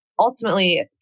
ultimately